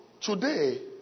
today